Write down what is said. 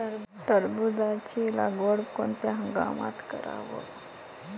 टरबूजाची लागवड कोनत्या हंगामात कराव?